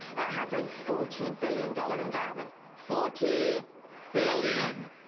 it has a forty billion dollars endowment. forty billion